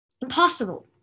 impossible